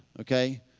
okay